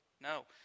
no